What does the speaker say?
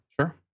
Sure